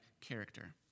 character